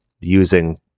using